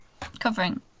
covering